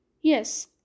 Yes